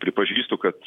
pripažįstu kad